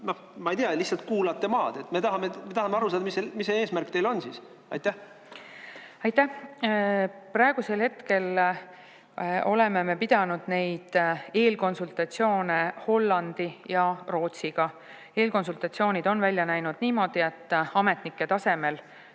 ma ei tea, lihtsalt kuulate maad? Me tahame aru saada, mis eesmärk teil on. Aitäh! Praeguseks me oleme pidanud neid eelkonsultatsioone Hollandi ja Rootsiga. Eelkonsultatsioonid on välja näinud niimoodi, et ametnike tasemel